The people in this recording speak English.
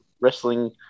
wrestling